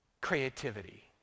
Creativity